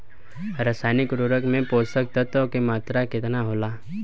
रसायनिक उर्वरक मे पोषक तत्व के मात्रा केतना होला?